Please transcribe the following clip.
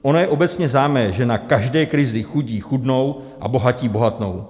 Ono je obecně známé, že na každé krizi chudí chudnou a bohatí bohatnou.